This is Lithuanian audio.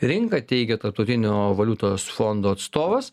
rinką teigia tarptautinio valiutos fondo atstovas